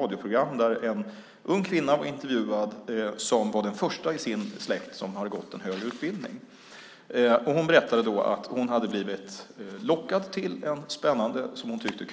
Där intervjuades en ung kvinna som var den första i sin släkt som hade gått en högre utbildning. Hon berättade att hon hade blivit lockad till en, som hon tyckte, spännande och